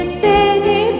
city